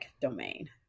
domain